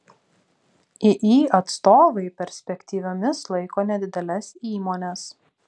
iį atstovai perspektyviomis laiko nedideles įmones